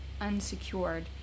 unsecured